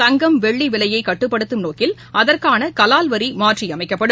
தங்கம் வெள்ளி விலையை கட்டுப்படுத்தும் நோக்கில் அதற்கான கலால் வரி மாற்றியமைக்கப்படும்